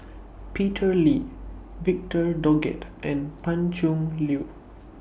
Peter Lee Victor Doggett and Pan Cheng Lui